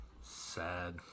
Sad